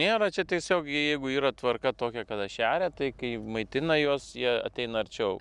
nėra čia tiesiog jie jeigu yra tvarka tokia kada šeria tai kai maitina juos jie ateina arčiau